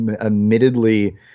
admittedly